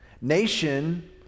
Nation